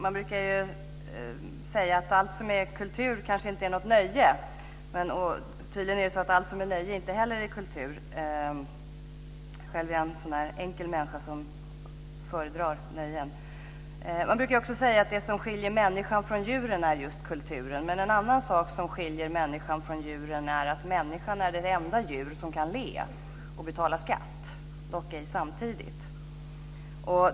Man brukar säga att allt som är kultur kanske inte är något nöje. Tydligen är det så att allt som är nöje inte heller är kultur. Själv är jag en sådan där enkel människa som föredrar nöjen. Man brukar också säga att det som skiljer människan från djuren är just kulturen, men en annan sak som skiljer människan från djuren är att människan kan le och betala skatt, dock ej samtidigt.